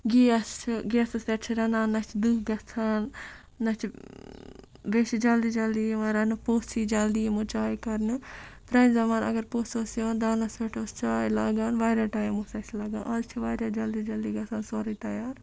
gas چھُ گیسَس پٮ۪ٹھ چھِ رَنان نہ چھِ دٔہ گژھان نہ چھِ بیٚیہِ چھِ جلدی جلدی یِوان رَننہٕ پوٚژھ یی جلدی یِمو چاے کَرنہٕ پرٛانہِ زمان اگر پوٚژھ اوس یِوان دانَس پٮ۪ٹھ ٲس چاے لاگان واریاہ ٹایم اوس اَسہِ لَگان آز چھِ واریاہ جلدی جلدی گژھان سورُے تیار